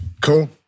Cool